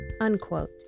unquote